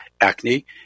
acne